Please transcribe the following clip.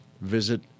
visit